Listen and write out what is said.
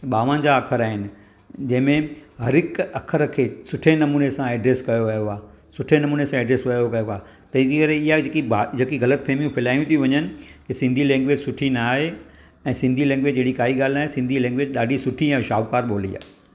ॿावंजाह अख़र आहिनि जंहिं में हर हिकु अख़र खे सुठे नमूने सां एड्रेस कयो वियो आहे सुठे नमूने सां एड्रेस वियो कयो आहे त इन करे इहा जेके ग़लतफ़हमियूं फैलायूं थी वञनि कि सिंधी लैंग्वेज सुठी न आहे ऐं सिंधी लैंग्वेज अहिड़ी काई ॻाल्हि ना आहे सिंधी लैंग्वेज ॾाढी सुठी ऐं शाहूकारु ॿोली आहे